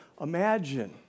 imagine